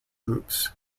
groups